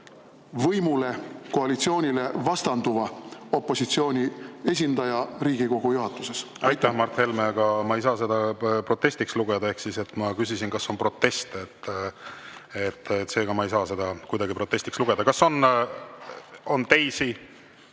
võimule, koalitsioonile vastanduva opositsiooni esindaja Riigikogu juhatuses. Aitäh, Mart Helme! Ma ei saa seda protestiks lugeda. Ma küsisin, kas on proteste. Seega ei saa ma seda kuidagi protestiks lugeda. Kas on proteste?